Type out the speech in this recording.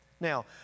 Now